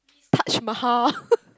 Taj-Mahal